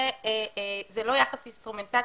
זה לא יחס אינסטרומנטלי,